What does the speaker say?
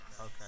Okay